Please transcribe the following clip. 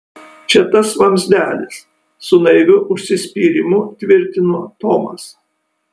čia tas vamzdelis su naiviu užsispyrimu tvirtino tomas